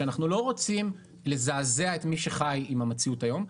שאנחנו לא רוצים לזעזע את מי שחי עם המציאות היום,